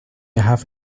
have